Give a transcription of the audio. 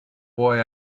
boy